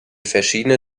verschiedene